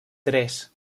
tres